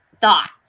thoughts